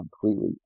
completely